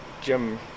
Jim